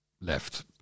left